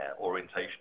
orientation